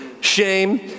shame